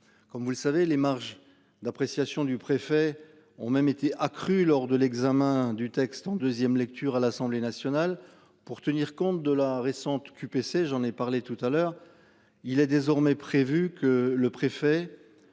comme vous le savez les marges d'appréciation du préfet ont même été accrue lors de l'examen du texte en 2ème. Lecture à l'Assemblée nationale pour tenir compte de la récente QPC j'en ai parlé tout à l'heure, il est désormais prévu que le préfet.